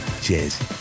Cheers